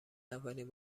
اولین